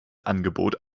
angebot